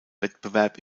wettbewerb